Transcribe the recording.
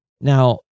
Now